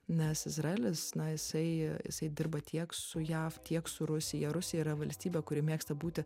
nes izraelis na jisai jisai dirba tiek su jav tiek su rusija rusija yra valstybė kuri mėgsta būti